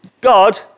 God